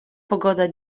pogoda